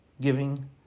giving